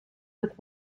with